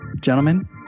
gentlemen